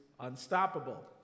unstoppable